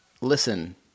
listen